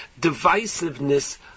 divisiveness